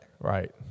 Right